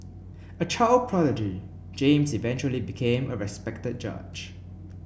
a child prodigy James eventually became a respected judge